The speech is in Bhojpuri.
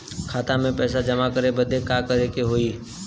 खाता मे पैसा जमा करे बदे का करे के होई?